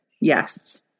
Yes